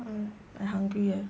!hais! I hungry leh